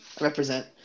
Represent